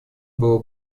было